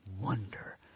wonder